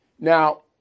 Now